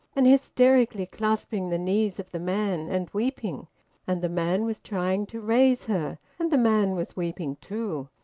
and hysterically clasping the knees of the man, and weeping and the man was trying to raise her, and the man was weeping too.